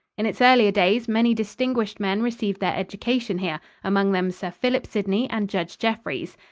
in its earlier days, many distinguished men received their education here, among them sir philip sidney and judge jeffreys.